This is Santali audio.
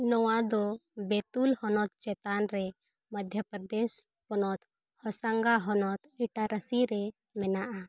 ᱱᱚᱣᱟ ᱫᱚ ᱵᱮᱛᱩᱞ ᱦᱚᱱᱚᱛ ᱪᱮᱛᱟᱱ ᱨᱮ ᱢᱚᱫᱽᱫᱷᱚᱯᱨᱚᱫᱮᱥ ᱯᱚᱱᱚᱛ ᱦᱳᱥᱟᱝᱜᱟ ᱦᱚᱱᱚᱛ ᱤᱴᱟᱨᱟᱥᱤ ᱨᱮ ᱢᱮᱱᱟᱜᱼᱟ